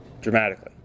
dramatically